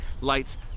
lights